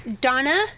Donna